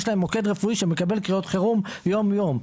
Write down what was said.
לכולנו יש מוקד רפואי שמקבל קריאות חירום יום-יום.